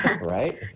right